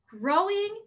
growing